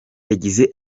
yagize